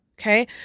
Okay